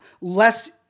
less